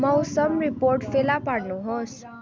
मौसम रिपोर्ट फेला पार्नुहोस्